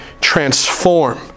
transform